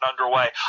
underway